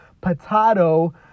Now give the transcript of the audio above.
potato